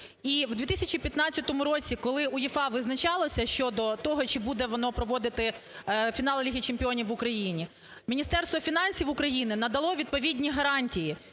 І в 2015 році, коли УЄФА визначалося щодо того, чи буде воно проводити фінал Ліги чемпіонів в Україні, Міністерство фінансів України надало відповідні гарантії